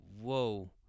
whoa